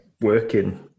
working